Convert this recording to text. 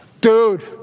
Dude